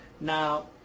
now